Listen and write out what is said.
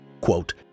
quote